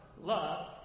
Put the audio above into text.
love